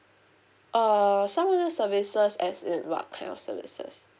err some of the services as in what kind of services